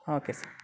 okay sir